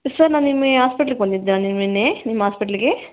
sir ನಾನು ನಿನ್ನೆ ಹಾಸ್ಪಿಟ್ಲ್ಗೆ ಬಂದಿದ್ದೆ ನಿನ್ನೆ ನಿಮ್ಮ ಹಾಸ್ಪಿಟ್ಲ್ಗೆ